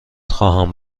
خواهم